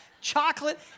chocolate